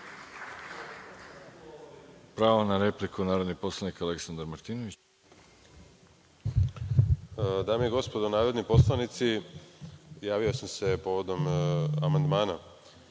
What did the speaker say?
Pravo na repliku. Reč ima narodni poslanik Aleksandar Martinović.